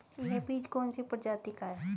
यह बीज कौन सी प्रजाति का है?